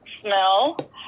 smell